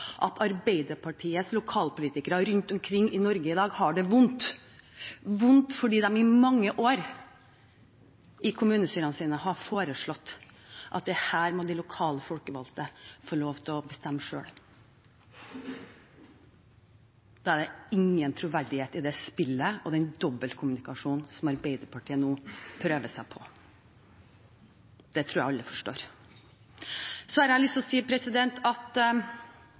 at Arbeiderpartiets lokalpolitikere rundt omkring i Norge i dag har det vondt fordi de i mange år i kommunestyrene har foreslått at dette må de lokale folkevalgte få lov til å bestemme selv. Da er det ingen troverdighet i det spillet, og det er dobbeltkommunikasjon Arbeiderpartiet nå prøver seg på. Det tror jeg alle forstår. Så har jeg lyst til å si at